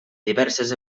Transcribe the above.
diverses